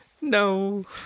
No